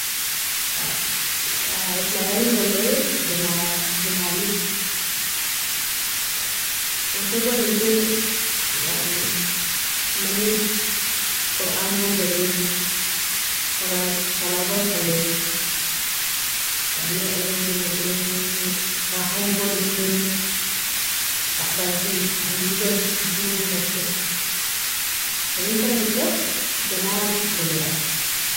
autala iendolie jamali udogoni inger yani manig quran gon geriro sala salagon salero, yani rahaongon domero sahabnjen inagon jonajer inenkaramido jamag dolieri.